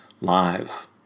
live